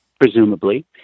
presumably